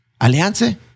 alianza